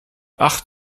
acht